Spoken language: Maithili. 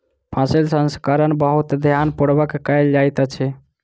फसील प्रसंस्करण बहुत ध्यान पूर्वक कयल जाइत अछि